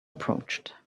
approached